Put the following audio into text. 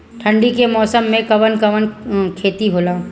ठंडी के मौसम में कवन कवन खेती होला?